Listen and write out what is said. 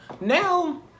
now